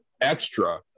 extra